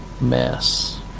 mess